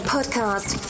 Podcast